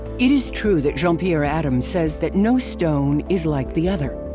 it is true that jean pierre adam says that no stone is like the other.